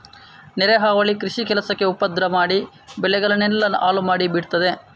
ನೆರೆ ಹಾವಳಿ ಕೃಷಿ ಕೆಲಸಕ್ಕೆ ಉಪದ್ರ ಮಾಡಿ ಬೆಳೆಗಳನ್ನೆಲ್ಲ ಹಾಳು ಮಾಡಿ ಬಿಡ್ತದೆ